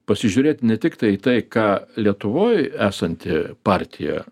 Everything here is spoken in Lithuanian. pasižiūrėti ne tiktai į tai ką lietuvoj esanti partija